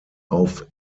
auf